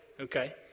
Okay